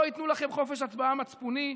לא ייתנו לכם חופש הצבעה מצפוני,